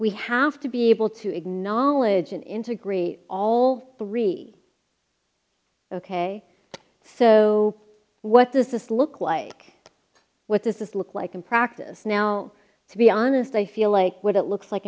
we have to be able to acknowledge and integrate all three ok so what does this look like what does this look like in practice now to be honest i feel like what it looks like